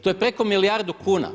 To je preko milijardu kuna.